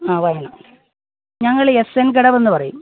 ആ വേണം ഞങ്ങൾ എസ്എൻ കടവെന്ന് പറയും